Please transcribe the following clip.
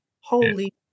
Holy